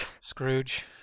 Scrooge